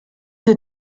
des